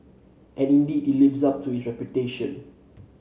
and indeed it lives up to its reputation